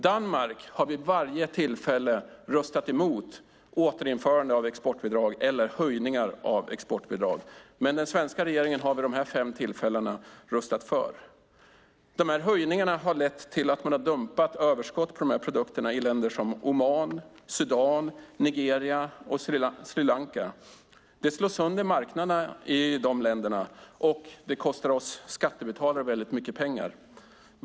Danmark har vid varje tillfälle röstat emot återinförande av exportbidrag eller höjningar av exportbidrag. Men den svenska regeringen har vid dessa fem tillfällen röstat för. De här höjningarna har lett till att man har dumpat överskott från de här produkterna i länder som Oman, Sudan, Nigeria och Sri Lanka. Det slår sönder marknaderna i de länderna, och det kostar oss skattebetalare väldigt mycket pengar.